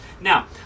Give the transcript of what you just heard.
Now